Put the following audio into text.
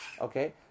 Okay